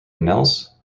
nels